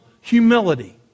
Humility